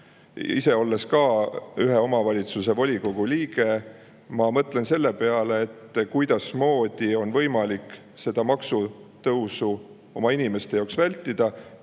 Ise, olles ka ühe omavalitsuse volikogu liige, ma mõtlen selle peale, kuidasmoodi on võimalik seda maksutõusu oma inimeste jaoks vältida.